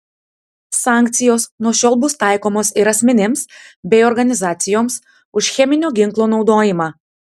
sankcijos nuo šiol bus taikomos ir asmenims bei organizacijoms už cheminio ginklo naudojimą